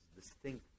distinct